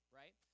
right